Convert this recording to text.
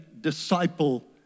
disciple